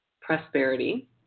prosperity